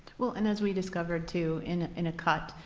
well and as we discovered too in in a cut,